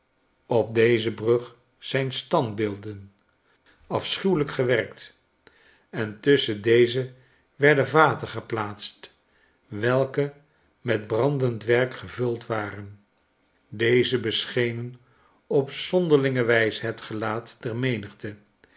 neerstorten opdeze brug zijn standbeelden afschuwelijk gewerkt en tusschen deze werden vaten geplaatst welke met brandend werk gevuld waren deze beschenen op zonderlinge wijze het gelaat der menigte